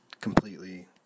completely